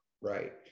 Right